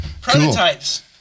Prototypes